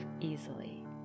easily